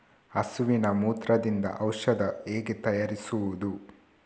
ಹಸುವಿನ ಮೂತ್ರದಿಂದ ಔಷಧ ಹೇಗೆ ತಯಾರಿಸುವುದು?